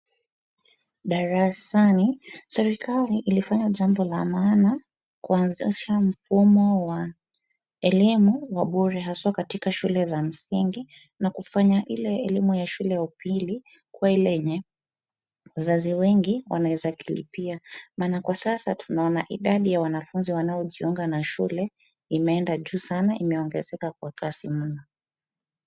Darasani, serikali ilifanya jambo la maana kuanzisha mfumo wa elimu wa bure haswa katika shule za msingi na kufanya ile elimu ya shule ya upili kuwa ile yenye wazazi wengi wanaweza jilipia maana kwa sasa tunaona idadi ya wanafunzi wanaojiunga na shule imeenda juu sana, imeongezeka kwa kasi mno.